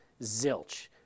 zilch